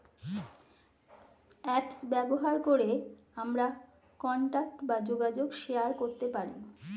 apps ব্যবহার করে আমরা কন্টাক্ট বা যোগাযোগ শেয়ার করতে পারি